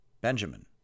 Benjamin